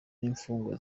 n’imfungwa